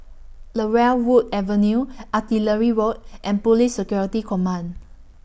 Laurel Wood Avenue Artillery Road and Police Security Command